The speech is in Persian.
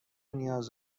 نیاز